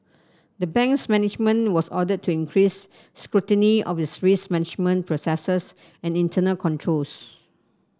the bank's management was ordered to increase scrutiny of its risk management processes and internal controls